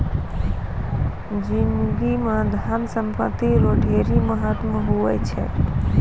जिनगी म धन संपत्ति रो ढेरी महत्व हुवै छै